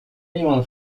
anyone